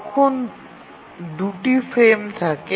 তখন ২ টি ফ্রেম থাকে